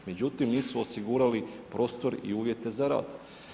Međutim, nisu osigurali prostor i uvjete za rad.